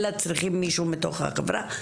אלא צריכים מישהו מתוך החברה.